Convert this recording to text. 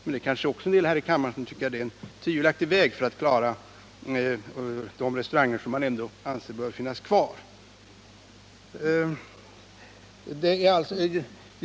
Men det kanske finns en del här i kammaren som tycker att det är en tvivelaktig väg för att klara de restauranger som man ändå anser bör finnas kvar.